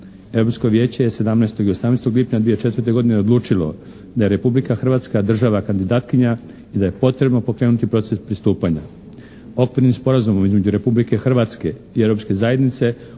Europsko vijeće odlučilo je da Republika Hrvatska kao država kandidatkinja i da je potrebno pokrenuti proces pristupanja. Okvirnim sporazumom između Republike Hrvatske i Europske zajednice